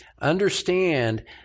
Understand